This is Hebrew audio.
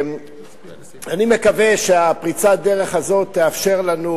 אני מקווה שפריצת הדרך הזאת תאפשר לנו